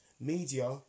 Media